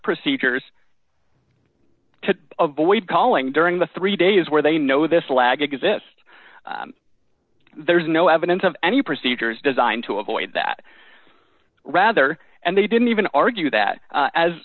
procedures to avoid calling during the three days where they know this lag exist there's no evidence of any procedures designed to avoid that rather and they didn't even argue that